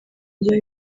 njyewe